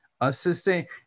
assistant